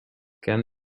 can